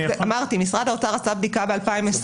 אמרתי משרד האוצר עשה בדיקה ב-2020,